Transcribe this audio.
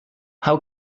how